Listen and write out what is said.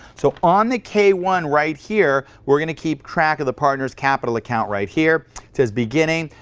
so on the k one right here, we're going to keep track of the partner's capital account right here. it says, beginning,